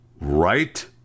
right